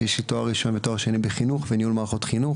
יש לי תואר ראשון בחינוך ותואר שני בניהול מערכות חינוך,